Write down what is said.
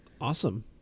Awesome